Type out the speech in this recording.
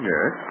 Yes